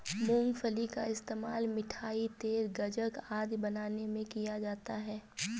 मूंगफली का इस्तेमाल मिठाई, तेल, गज्जक आदि बनाने में किया जाता है